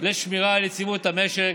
לשמירה על יציבות המשק